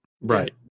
Right